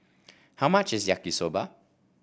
how much is Yaki Soba